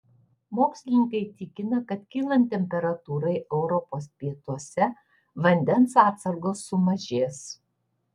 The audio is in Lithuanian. mokslininkai tikina kad kylant temperatūrai europos pietuose vandens atsargos sumažės